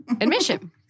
admission